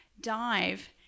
dive